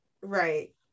Right